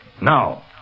Now